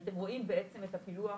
אז אתם רואים בעצם את הפילוח